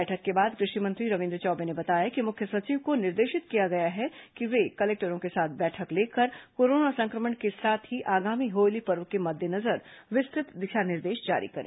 बैठक के बाद कृषि मंत्री रविन्द्र चौबे ने बताया कि मुख्य सचिव को निर्देशित किया गया है कि वे कलेक्टरों के साथ बैठक लेकर कोरोना संक्रमण के साथ ही आगामी होली पर्व के मद्देनजर विस्तृत दिशा निर्देश जारी करें